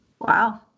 Wow